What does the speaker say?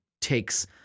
takes